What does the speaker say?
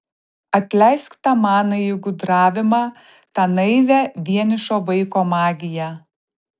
atleisk tą manąjį gudravimą tą naivią vienišo vaiko magiją